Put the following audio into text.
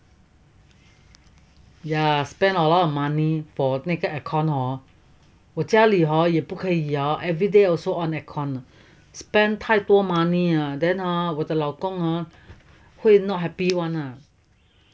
ya spend a lot of money for 那个 aircon hor 我家里 hor 也不可以 hor everyday also on aircon spend 太多 money ah then ha 我的老公哈会 not happy one lah